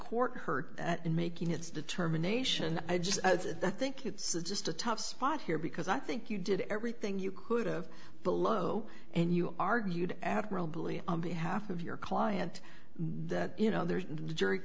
court heard at making its determination i just i think it's just a tough spot here because i think you did everything you could have below and you argued admirably on behalf of your client that you know there's the jury